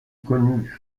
connue